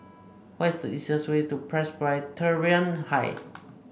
what is the easiest way to Presbyterian High